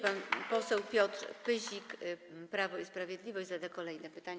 Pan poseł Piotr Pyzik, Prawo i Sprawiedliwość, zada kolejne pytanie.